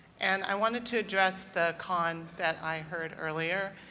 and i wanted to address the con that i heard earlier.